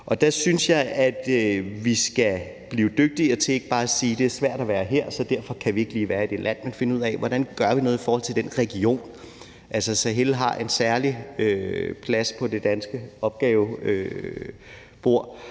Der synes jeg, at vi skal blive dygtigere til ikke bare at sige, at det er svært at være her, så derfor kan vi ikke lige være i det land, men finde ud af, hvordan vi gør noget i forhold til den region. Sahel har en særlig plads på det danske opgavebord,